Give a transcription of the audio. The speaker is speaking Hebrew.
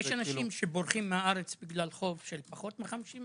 יש אנשים שבורחים מהארץ בגלל חוב של פחות מ-50,000 ₪?